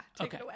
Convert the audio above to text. okay